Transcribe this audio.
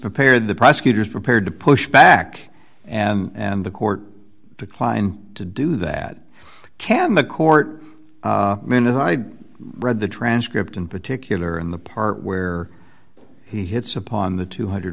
prepared the prosecutors prepared to push back and the court declined to do that can the court minutes i read the transcript in particular in the part where he hits upon the two hundred